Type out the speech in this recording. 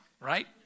right